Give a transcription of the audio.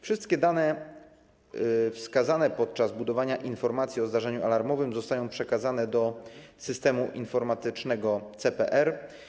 Wszystkie dane wskazane podczas budowania informacji o zdarzeniu alarmowym zostają przekazane do systemu informatycznego CPR.